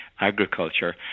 agriculture